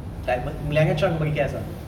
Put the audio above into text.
like melania trump nobody cares ah